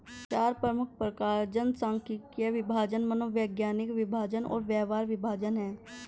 चार मुख्य प्रकार जनसांख्यिकीय विभाजन, मनोवैज्ञानिक विभाजन और व्यवहार विभाजन हैं